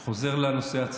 אני חוזר לנושא עצמו.